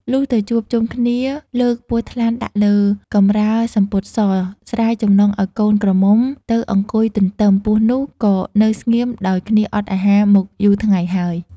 លុះទៅជួប ជុំគ្នា លើកពស់ថ្លាន់ដាក់លើកំរាលសំពត់ស ស្រាយចំណងឱ្យកូនក្រមុំទៅអង្គុយទន្ទឹម ពស់នោះ ក៏នៅស្ងៀមដោយគ្នា អត់អាហារមកយូរថ្ងៃហើយ ។